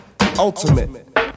ultimate